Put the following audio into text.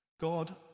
God